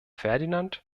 ferdinand